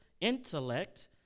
intellect